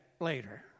later